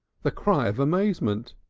the cry of amazement,